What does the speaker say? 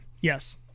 Yes